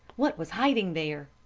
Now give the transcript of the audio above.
what was hiding there?